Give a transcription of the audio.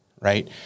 Right